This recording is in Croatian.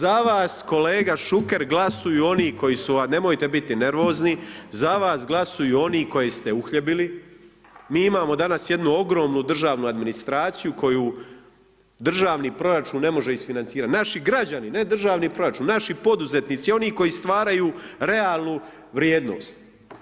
Za vas, za vas kolega Šuker glasuju oni koju su vam, nemojte biti nervozni, za vas glasuju oni koje ste uhljebili, mi imamo danas jednu ogromnu državnu administraciju koju državni proračun ne može isfinancirat, naši građani, ne državni proračun, naši poduzetnici oni koji stvaraju realnu vrijednost.